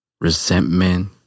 resentment